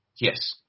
Yes